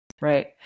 Right